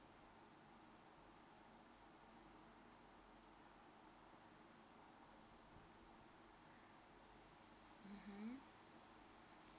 mmhmm